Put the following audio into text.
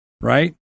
right